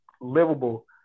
livable